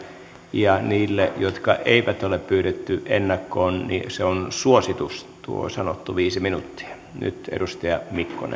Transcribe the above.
ja niille joita ei ole pyydetty ennakkoon se suositus on tuo sanottu viisi minuuttia nyt edustaja mikkonen